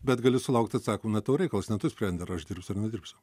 bet gali sulaukti atsakymo ne tavo reikalas ne tu sprendi ar aš dirbsiu ar nedirbsiu